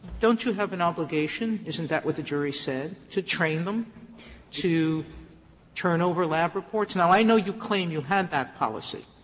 don't you have an obligation, isn't that what the jury said, to train them to turn over lab reports? now, i know you claim you had that policy.